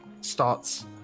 starts